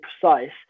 precise